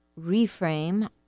reframe